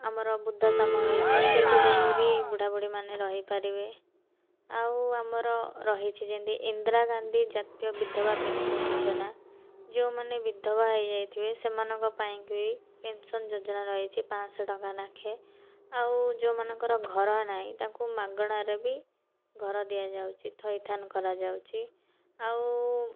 ଆମର ବୃଦ୍ଧାଶ୍ରମ ହେଇଛି ସେଇଠି ଯାଇଁକି ବି ବୁଢ଼ା ବୁଢ଼ୀମାନେ ରହିପାରିବେ ଆଉ ଆମର ରହିଛି ଯେମିତି ଇନ୍ଦିରାଗାନ୍ଧୀ ଜାତୀୟ ବିଧବା ପେନଶନ୍ ଯୋଜନା ଯେଉଁମାନେ ବିଧବା ହେଇଯାଇଥିବେ ସେଇମାନଙ୍କ ପାଇଁକି ପେନଶନ୍ ଯୋଜନା ରହିଛି ପାଞ୍ଚଶହ ଟଙ୍କା ଲେଖେ ଆଉ ଯେଉଁମାନଙ୍କର ଘର ନାହିଁ ତାଙ୍କୁ ମାଗଣାରେ ବି ଘର ଦିଆଯାଉଛି ଥଇଥାନ କରାଯାଉଛି ଆଉ